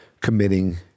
committing